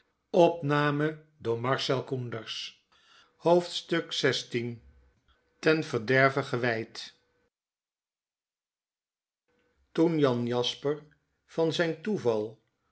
xvi ten verderve gewijd toen jan jasper van zyn toeval